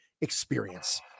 experience